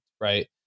right